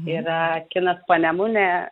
yra kinas panemunė